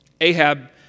Ahab